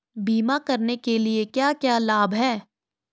बीमा करने के क्या क्या लाभ हैं?